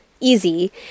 easy